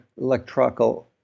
electrical